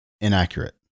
inaccurate